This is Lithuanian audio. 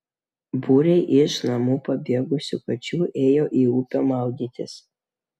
būriai iš namų pabėgusių kačių ėjo į upę maudytis